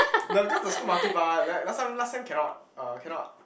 no the cause the school Monkey Bar like last time last time cannot uh cannot